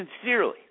sincerely